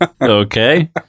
Okay